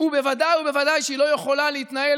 ובוודאי בוודאי היא לא יכולה להתנהל